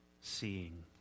seeing